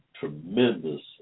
tremendous